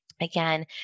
again